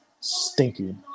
Stinky